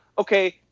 okay